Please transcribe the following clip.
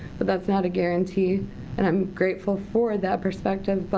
but that's not a guarantee and i'm grateful for that perspective. but